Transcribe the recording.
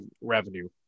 revenue